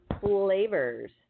flavors